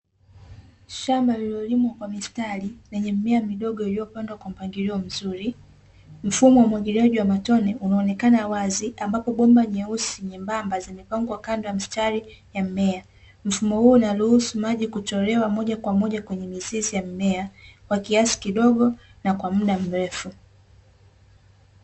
Shamba lililolimwa kwa mstari, lenye mimea midogo iliyopangaliwa vizuri, mfumo wa umwagiliaji wa matone unaonekana wazi, ambapo bomba nyeusi nyembamba zimepangwa kwa mstari, mfumo huo unaruhusu maji kutolewa moja kwa moja kwenye mizizi ya mmea kwa kiasi kidogo na kwa muda mrefu.